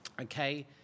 okay